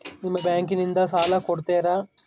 ನಿಮ್ಮ ಬ್ಯಾಂಕಿನಿಂದ ಸಾಲ ಕೊಡ್ತೇರಾ?